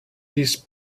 this